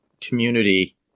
community